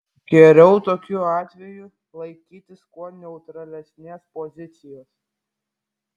geriau tokiu atveju laikytis kuo neutralesnės pozicijos